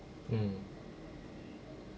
mm